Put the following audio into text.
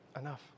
Enough